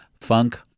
funk